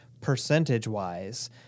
percentage-wise